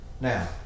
Now